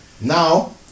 Now